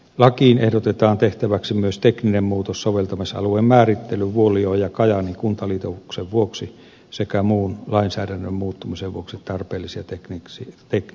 lakiin ehdotetaan tehtäväksi myös tekninen muutos soveltamisalueen määrittelyyn vuoliojan ja kajaanin kuntaliitoksen vuoksi sekä muun lainsäädännön muuttumisen vuoksi tarpeellisia teknisiä muutoksia